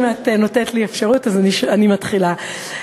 אם את נותנת לי אפשרות, אז אני מתחילה.